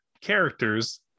characters